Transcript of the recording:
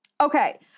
Okay